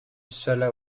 silla